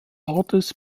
ortes